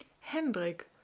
Hendrik